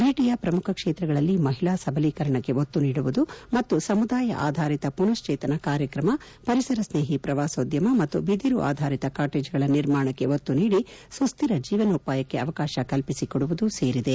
ಭೇಟಿಯ ಪ್ರಮುಖ ಕ್ಷೇತ್ರಗಳಲ್ಲಿ ಮಹಿಳಾ ಸಬಲೀಕರಣಕ್ಕೆ ಒತ್ತು ನೀಡುವುದು ಮತ್ತು ಸಮುದಾಯ ಆಧಾರಿತ ಪುನಶ್ಚೇತನ ಕಾರ್ಯಕ್ರಮ ಪರಿಸರ ಸ್ನೇಹಿ ಪ್ರವಾಸೋದ್ಯಮ ಮತ್ತು ಬಿದಿರು ಆಧಾರಿತ ಕಾಟೆಜ್ಗಳ ನಿರ್ಮಾಣಕ್ಕೆ ಒತ್ತು ನೀಡಿ ಸುಸ್ಹಿರ ಜೀವನೋಪಾಯಕ್ಕೆ ಅವಕಾಶ ಕಲ್ಪಿಸಿಕೊಡುವುದೂ ಸೇರಿದೆ